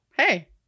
hey